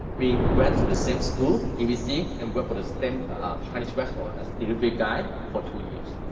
we went to the same school, dvc, and worked for the same chinese restaurant, as delivery guy for two years.